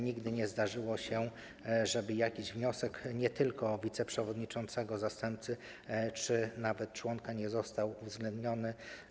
Nigdy nie zdarzyło się, żeby jakiś wniosek, nie tylko wiceprzewodniczącego, ale też zastępcy czy nawet członka, nie został uwzględniony.